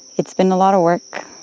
it's been a lot of work.